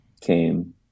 came